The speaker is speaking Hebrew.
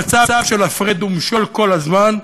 במצב של הפרד ומשול כל הזמן.